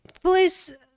Please